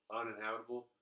uninhabitable